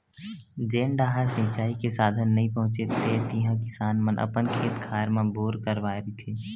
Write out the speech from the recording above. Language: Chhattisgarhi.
जेन डाहर सिचई के साधन नइ पहुचे हे तिहा किसान मन अपन खेत खार म बोर करवाए रहिथे